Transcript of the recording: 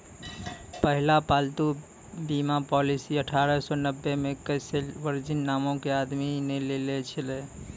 पहिला पालतू बीमा पॉलिसी अठारह सौ नब्बे मे कलेस वर्जिन नामो के आदमी ने लेने छलै